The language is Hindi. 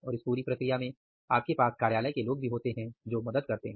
और इस पूरी प्रक्रिया में आपके पास कार्यालय के लोग भी होते हैं जो मदद करते हैं